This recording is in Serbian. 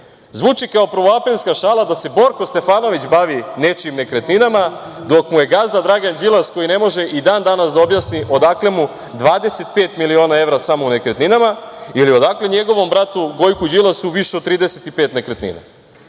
zvuči kao prvoaprilska šala da se Borko Stefanović bavi nečijim nekretninama, dok mu je gazda Dragan Đilas koji ne može ni dan-danas da objasni odakle mu 25 miliona evra samo u nekretninama ili odakle njegovom bratu Gojku Đilasu više od 35 nekretnina.